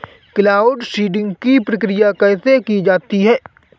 Cloud seeding की प्रक्रिया कैसे की जाती है?